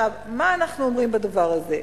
מה אנחנו אומרים בדבר הזה?